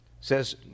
Says